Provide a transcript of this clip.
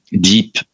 deep